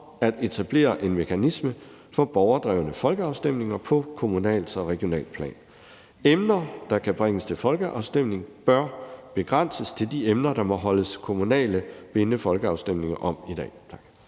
at etablere en mekanisme for borgerdrevne folkeafstemninger på kommunalt og regionalt plan. Emner, der kan bringes til folkeafstemning, bør begrænses til de emner, der må holdes kommunale folkeafstemninger om i dag.«